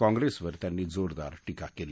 काँप्रेसवर त्यांनी जोरदार टीका केली